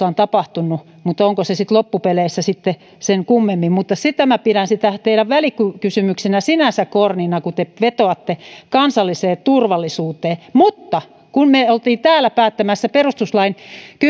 on tapahtunut niin onko se sitten loppupeleissä sen kummemmin minä pidän sitä teidän välikysymyksenänne sinänsä kornina koska te vetoatte kansalliseen turvallisuuteen sillä kun me olimme täällä päättämässä perustuslain kymmenettä